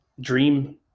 dream